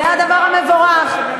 זה הדבר המבורך.